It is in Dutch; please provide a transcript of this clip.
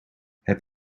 heb